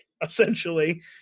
essentially